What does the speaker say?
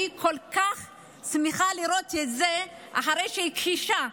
אני כל כך שמחה לראות את זה, אחרי שהכחישה.